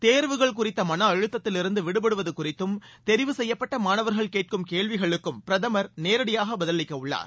தேர்வுகள் குறித்த மன அழுத்தத்திலிருந்து விடுபடுவது குறித்தும் தெரிவு செய்யப்பட்ட மாணவர்கள் கேட்கும் கேள்விகளுக்கும் பிரதமர் நேரடியாக பதிலளிக்கவுள்ளார்